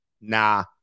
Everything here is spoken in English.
Nah